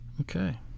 Okay